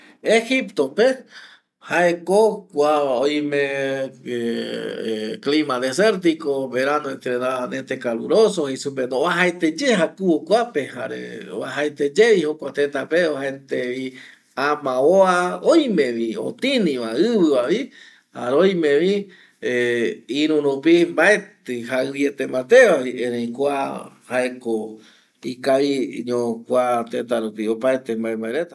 Egipto pe ko jae oime kuape clima desertico verano extremadamente caluroso je supe va ujaete ye jakuvo kuape jare oime vi otini va ivi jare oime vi mbaeti jakuvo mbaete va erei jaeko kua teta ikaviño opaete vae vae reta